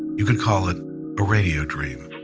you can call it a radio dream.